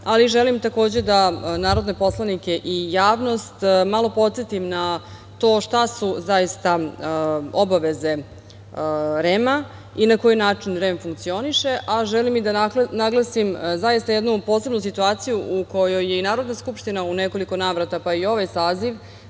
ali želim takođe da narodne poslanike i javnost malo podsetim na to šta su zaista obaveze REM-a i na koji način REM funkcioniše, a želim i da naglasim zaista jednu posebnu situaciju u kojoj je i Narodna skupština u nekoliko navrata, pa i ovaj saziv